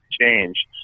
change